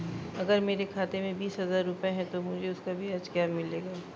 अगर मेरे खाते में बीस हज़ार रुपये हैं तो मुझे उसका ब्याज क्या मिलेगा?